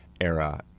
era